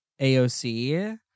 AOC